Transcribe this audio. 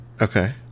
Okay